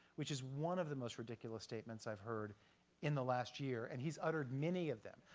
which is one of the most ridiculous statements i've heard in the last year and he's uttered many of them.